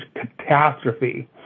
catastrophe